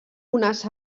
unes